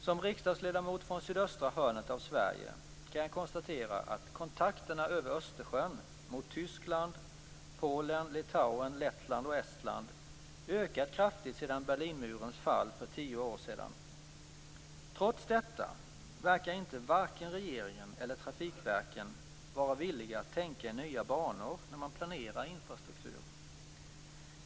Som riksdagsledamot från sydöstra hörnet av Sverige kan jag konstatera att kontakterna över Östersjön mot Tyskland, Polen, Litauen, Lettland och Estland ökat kraftigt sedan Berlinmurens fall för tio år sedan. Trots detta verkar inte vare sig regeringen eller trafikverken vara villiga att tänka i nya banor när man planerar infrastruktur.